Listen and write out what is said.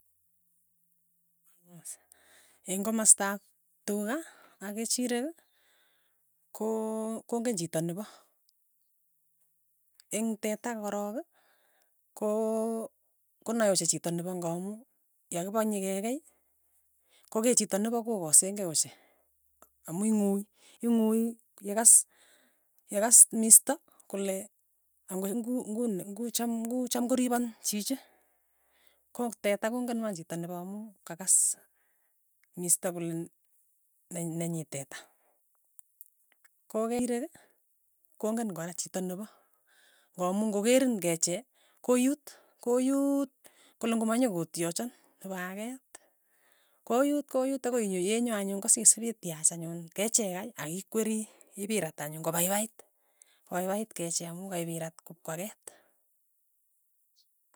eng' kimastap tuka ak kechirek. ko kongen chito nepo, eng' teta korok, ko konae ochei chito nepo ng'amu yakipanye kekeeik, kokee chito nepo koo kokaseng'e ochei, amu ing'ui, ing'ui yekas yekas misto, kole ang'o ng'u ng'u ng'u cham ng'u cham koripon chichi, kok teta kong'en iman chito nepa amu kakas misto kole ne- nenyi teta, ko kenriek, kongen kora chito nepo, ng'amu kokerin keche, koyuut, koyuut kole ng'omanyokotyachan ipaa akeet, ko yuut ko yuut akoi inyo, yenyo anyun ko siis, ipityach anyun, kechee kai, akikweri ipirat anyun kopaipait, kopaipait anyun keche amu kaipirat ipkwaket.